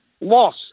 loss